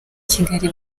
kigali